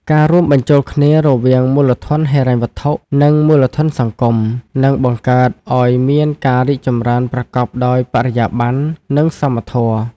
ការរួមបញ្ចូលគ្នារវាងមូលធនហិរញ្ញវត្ថុ និងមូលធនសង្គម នឹងបង្កើតឱ្យមានការរីកចម្រើនប្រកបដោយបរិយាប័ន្ន និងសមធម៌។